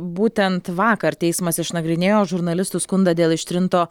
būtent vakar teismas išnagrinėjo žurnalistų skundą dėl ištrinto